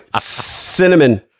Cinnamon